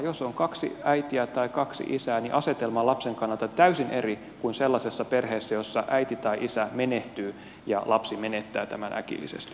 jos on kaksi äitiä tai kaksi isää niin asetelma on lapsen kannalta täysin eri kuin sellaisessa perheessä jossa äiti tai isä menehtyy ja lapsi menettää tämän äkillisesti